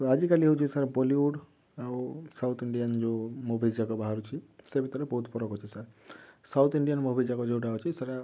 ତ ଆଜିକାଲି ହେଉଛି ସାର୍ ବଲିଉଡ଼ ଆଉ ସାଉଥ୍ ଇଣ୍ଡିଆନ ଯେଉଁ ମୁଭି ଯାକ ବାହାରୁଛି ସେ ଭିତରେ ବହୁତ ଫରକ ଅଛି ସାର୍ ସାଉଥ୍ ଇଣ୍ଡିଆନ ମୁଭି ଯାକ ଯେଉଁଟା ଅଛି ସେଇଟା